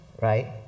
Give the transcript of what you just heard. right